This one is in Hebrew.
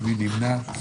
מי נמנע?